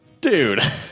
dude